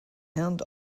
and